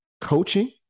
coaching